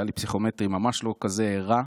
היה לי פסיכומטרי ממש לא כזה רע,